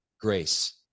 grace